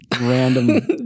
random